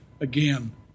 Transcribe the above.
again